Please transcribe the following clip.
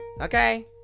okay